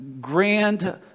grand